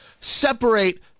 separate